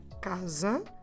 casa